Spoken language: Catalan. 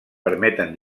permeten